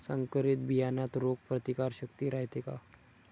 संकरित बियान्यात रोग प्रतिकारशक्ती रायते का?